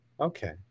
Okay